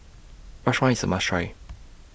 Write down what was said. Rajma IS A must Try